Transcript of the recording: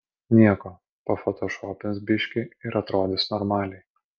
nieko pafotošopins biškį ir atrodys normaliai